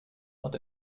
und